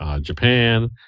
Japan